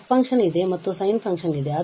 f function ಇದೆ ಮತ್ತು sin function ಇದೆ